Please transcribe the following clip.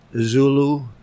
Zulu